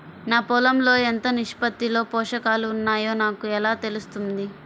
నా పొలం లో ఎంత నిష్పత్తిలో పోషకాలు వున్నాయో నాకు ఎలా తెలుస్తుంది?